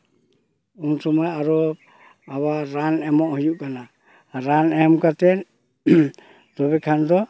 ᱩᱱ ᱥᱚᱢᱚᱭ ᱟᱨᱚ ᱟᱵᱟᱨ ᱨᱟᱱ ᱮᱢᱚᱜ ᱦᱩᱭᱩᱜ ᱠᱟᱱᱟ ᱨᱟᱱ ᱮᱢ ᱠᱟᱛᱮ ᱛᱚᱵᱮ ᱠᱷᱟᱱ ᱫᱚ